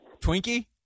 Twinkie